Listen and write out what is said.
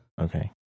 Okay